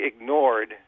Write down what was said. ignored